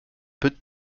peut